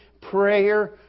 prayer